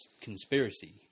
conspiracy